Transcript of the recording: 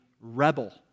rebel